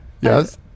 Yes